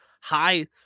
high